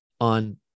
on